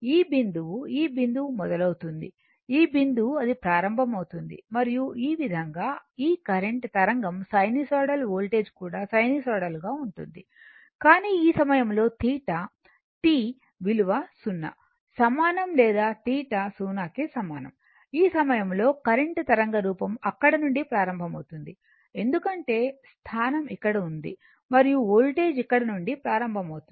ఈ బిందువు ఈ బిందువు మొదలవుతుంది ఈ బిందువు అది ప్రారంభమవుతుంది మరియు ఆ విధంగా ఈ కరెంట్ తరంగం సైన్ సైనూసోయిడల్ వోల్టేజ్ కూడా సైనూసోయిడల్ గా ఉంటుంది కానీ ఈ సమయంలో θ t విలువ 0 సమానం లేదా θ 0 కి సమానం ఈ సమయంలో కరెంట్ తరంగ రూపం అక్కడ నుండి ప్రారంభమవుతుంది ఎందుకంటే స్థానం ఇక్కడ ఉంది మరియు వోల్టేజ్ ఇక్కడ నుండి ప్రారంభమవుతుంది